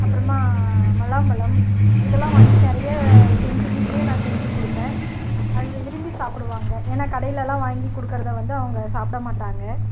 அப்புறமா முலாம்பழம் இதெலாம் வாங்கி நிறைய செஞ்சு வீட்டிலியே நான் செஞ்சு கொடுப்பேன் அது விரும்பி சாப்பிடுவாங்க ஏனால் கடைலெலாம் வாங்கி கொடுக்கறத வந்து அவங்க சாப்பிட மாட்டாங்க